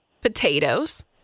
potatoes